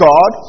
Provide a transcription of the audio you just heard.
God